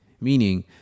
Meaning